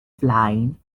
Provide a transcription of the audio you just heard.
flying